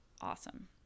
awesome